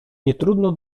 nietrudno